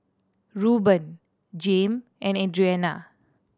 Reuben Jame and Adriana